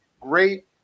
great